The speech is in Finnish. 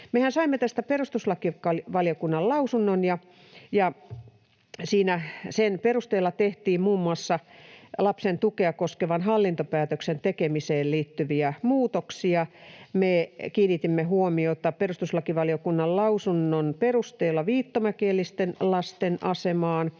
Mehän saimme tästä perustuslakivaliokunnan lausunnon, ja sen perusteella tehtiin muun muassa lapsen tukea koskevan hallintopäätöksen tekemiseen liittyviä muutoksia. Me kiinnitimme huomiota perustuslakivaliokunnan lausunnon perusteella viittomakielisten lasten asemaan,